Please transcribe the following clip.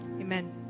amen